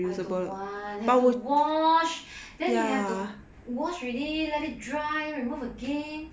I don't want have to wash then you have to wash already let it dry and remove again